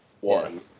one